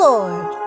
Lord